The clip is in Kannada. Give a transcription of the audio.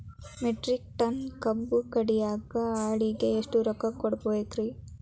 ಮೆಟ್ರಿಕ್ ಟನ್ ಕಬ್ಬು ಕಡಿಯಾಕ ಆಳಿಗೆ ಎಷ್ಟ ರೊಕ್ಕ ಕೊಡಬೇಕ್ರೇ?